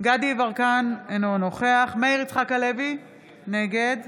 דסטה גדי יברקן, אינו נוכח מאיר יצחק הלוי, נגד